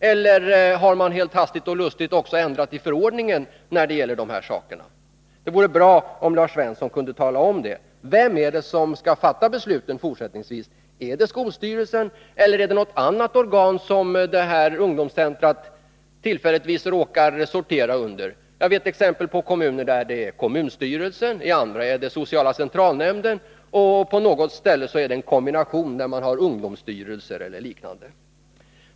Eller har man helt hastigt och lustigt också ändrat i förordningen när det gäller de här sakerna? Det vore bra om Lars Svensson kunde tala om det. Vem är det som skall fatta besluten fortsättningsvis? Är det skolstyrelsen eller är det något annat organ som ungdomscentret tillfälligtvis råkar sortera under? Jag vet exempel på kommuner där det är kommunstyrelsen, i andra är det sociala centralnämnden och på något ställe en kombination där man har ungdomsstyrelser eller liknande.